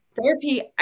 Therapy